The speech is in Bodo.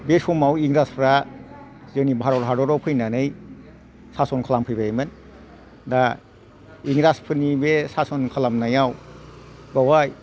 बे समाव इंराजफ्रा जोंनि भारत हादराव फैनानै सासन खालामफैबायमोन दा इंराजफोरनि बे सासन खालामनायाव बावहाय